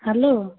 hello